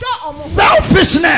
Selfishness